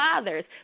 fathers